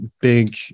big